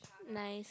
nice